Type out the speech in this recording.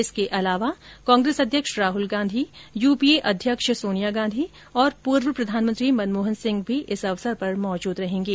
इसके अलावा कांग्रेस अध्यक्ष Rahul Gandhi U P A अध्यक्ष सोनिया गांधी और पूर्व प्रधानमंत्री मनमोहन सिंह भी इस अवसर पर मौजूद रहेंगे